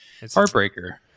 Heartbreaker